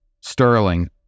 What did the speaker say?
Sterling